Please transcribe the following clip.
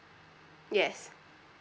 yes